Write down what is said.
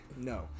no